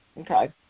Okay